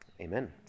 Amen